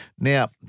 Now